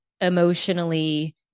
emotionally